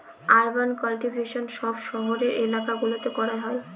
urban cultivation সব শহরের এলাকা গুলোতে করা হয়